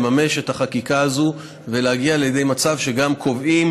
לממש את החקיקה הזאת ולהגיע לידי מצב שגם קובעים